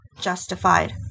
justified